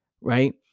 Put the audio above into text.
right